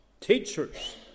teachers